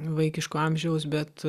vaikiško amžiaus bet